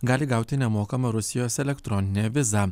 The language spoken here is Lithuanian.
gali gauti nemokamą rusijos elektroninę vizą